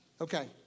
Okay